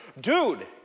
dude